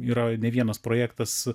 yra ne vienas projektas